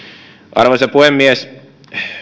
arvoisa puhemies